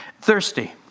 Thirsty